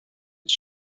his